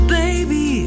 baby